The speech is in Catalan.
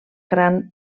gran